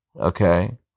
okay